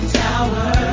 tower